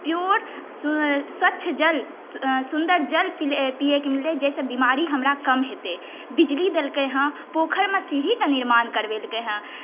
pure स्वक्ष जल सुन्दर जल पियैके मिलै हँ जाहिसँ बिमारी हमरा कम हेतै बिजली देलकै हँ पोखरिमे सीढ़ीके निर्माण करवेलकै हँ